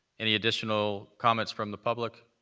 any additional comments from the public?